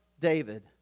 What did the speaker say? David